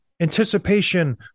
anticipation